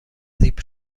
زیپ